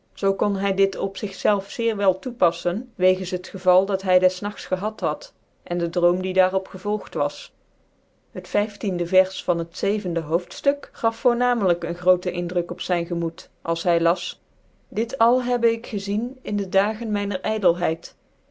zoo kon hy dit opzig zclven zeer wel tocpaflen wegens het geval dat hy des nagts gehad had en de droom die daar op gcvolgt was het vyfticndc vers van het zevende hoofdituk gaf voornamelijk een grootc indruk op zyn gemoed als hy las dit al lubbc ik gc zien in dc dagen myncr